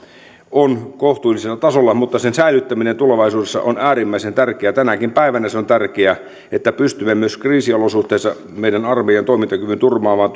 on kohtuullisella tasolla mutta sen säilyttäminen tulevaisuudessa on äärimmäisen tärkeää tänäkin päivänä on tärkeää että pystymme myös kriisiolosuhteissa meidän armeijan toimintakyvyn turvaamaan